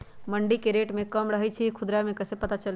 मंडी मे रेट कम रही छई कि खुदरा मे कैसे पता चली?